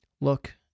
Look